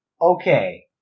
Okay